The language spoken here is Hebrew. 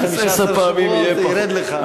15 שבועות זה ירד לך.